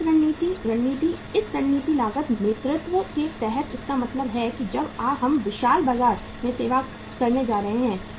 लागत रणनीति रणनीति इस रणनीति लागत नेतृत्व के तहत इसका मतलब है जब हम विशाल बाजार की सेवा करने जा रहे हैं